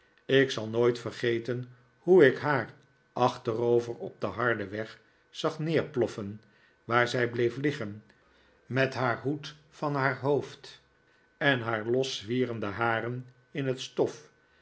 ik zal nooit vergeten hoe ik haar achterover op den harden weg zag neerploffen waar zij bleef liggen met haar hoed van haar hoofd en haar los zwierende haren in het stof